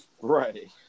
Right